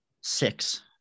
Six